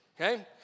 okay